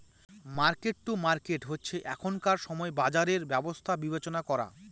market to market হচ্ছে এখনকার সময় বাজারের ব্যবস্থা বিবেচনা করা